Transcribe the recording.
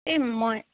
এই মই